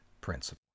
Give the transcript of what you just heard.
principle